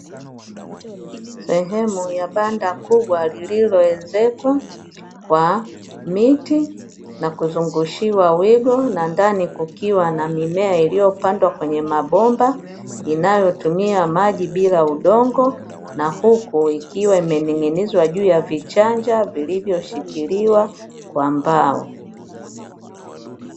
Sehemu ya banda kubwa, lililo enzekwa kwa miti na kuzungushiwa wigo na ndani kukiwa na mimea iliyopandwa kwenye mabomba inayotumia maji bila udongo na huku ikiwa imening'inizwa juu ya vichanja vilivyo shikiliwa kwa mbao.